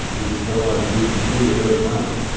we just felt like if we could create a better climate,